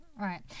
Right